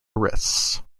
arrests